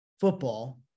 football